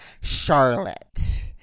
Charlotte